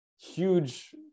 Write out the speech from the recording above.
huge